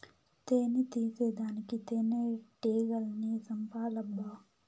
తేని తీసేదానికి తేనెటీగల్ని సంపాలబ్బా